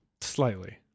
slightly